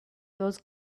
those